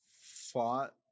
fought